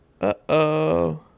Uh-oh